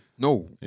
No